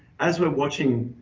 as we're watching,